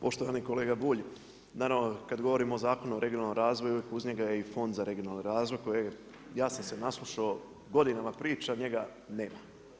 Poštovani kolega Bulj, naravno kada govorimo o Zakonu o regionalnom razvoju, uz njega je i Fond za regionalni razvoj, koji, ja sam se naslušao godinama priča, njega nema.